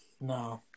No